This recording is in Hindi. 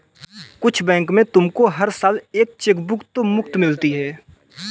कुछ बैंक में तुमको हर साल एक चेकबुक तो मुफ़्त मिलती है